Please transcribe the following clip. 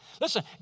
Listen